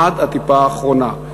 עד הטיפה האחרונה.